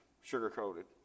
sugar-coated